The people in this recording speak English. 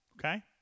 Okay